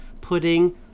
putting